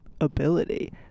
ability